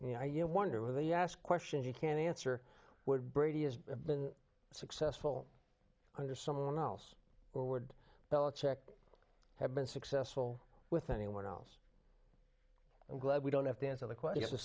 you know you wonder why they ask questions you can't answer would brady has been successful under someone else or would check have been successful with anyone else i'm glad we don't have to answer the question of